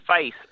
face